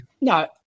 No